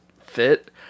fit